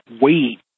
wait